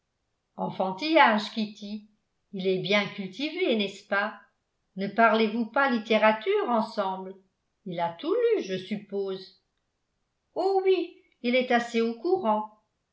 enfantillages kitty il est bien cultivé n'est-ce pas ne parlez-vous pas littérature ensemble il a tout lu je suppose oh oui il est assez au courant